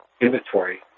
inventory